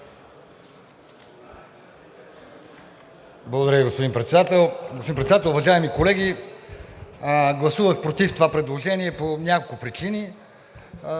Благодаря Ви, господин Председател. Господин Председател, уважаеми колеги, гласувах против това предложение по няколко причини.